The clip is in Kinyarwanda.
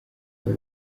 biba